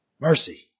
Mercy